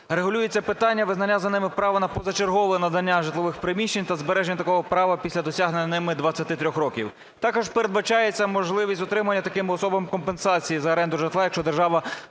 регулюється питання визнання за ними права на позачергове надання житлових приміщень та збереження такого права після досягнення ними 23 років. Також передбачається можливість отримання такими особами компенсації за оренду житла, якщо держава